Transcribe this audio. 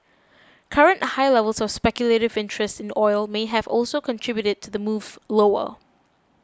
current high levels of speculative interest in oil may have also contributed to the move lower